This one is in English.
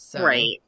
right